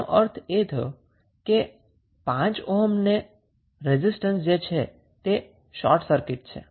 તેનો અર્થ એ થયો કે 5 ઓહ્મનો રેઝિસ્ટન્સ શોર્ટ સર્કીટ છે